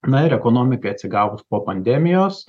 na ir ekonomikai atsigavus po pandemijos